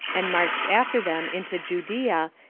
and marched after them into judea,